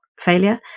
failure